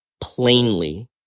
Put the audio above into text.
plainly